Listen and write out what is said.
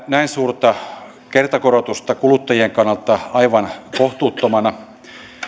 näin suurta kertakorotusta kuluttajien kannalta aivan kohtuuttomana